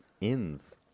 Inns